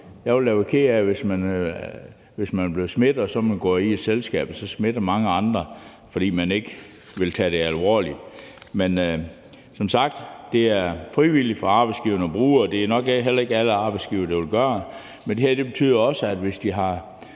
Jeg ville da være ked af det, hvis man er blevet smittet og går til et selskab og så smitter mange andre, fordi man ikke vil tage det alvorligt. Men som sagt er det frivilligt for arbejdsgiverne at bruge, og det er nok heller ikke alle arbejdsgivere, der vil gøre det. Men det her betyder også, at hvis